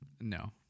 No